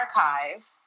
archive